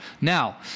Now